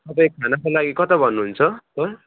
तपाईँ खानाको लागि कता भन्नुहुन्छ सर